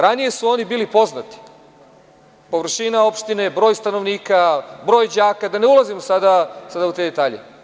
Ranije su oni bili poznati, površina opštine, broj stanovnika, broj đaka, da ne ulazim sada u te detalje.